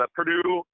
Purdue